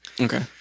okay